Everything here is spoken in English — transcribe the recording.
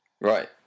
Right